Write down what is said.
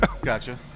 gotcha